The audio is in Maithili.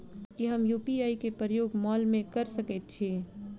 की हम यु.पी.आई केँ प्रयोग माल मै कऽ सकैत छी?